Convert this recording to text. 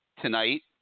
tonight